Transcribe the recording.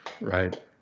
Right